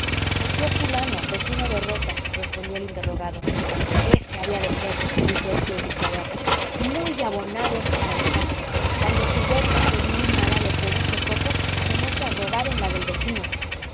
al tío fulano vecino de rota respondió el interrogado ése había de ser gritó el tío buscabeatas muy abonado es para el caso cuando su huerta que es muy mala le produce poco se mete a robar en la del vecino